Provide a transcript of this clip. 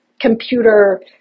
computer